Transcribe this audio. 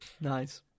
nice